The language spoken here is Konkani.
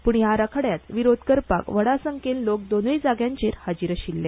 पूण ह्या आराखड्याक विरोध करपाक व्हड संख्येन लोक दोनूय जाग्यांचेर हाजीर आशिल्ले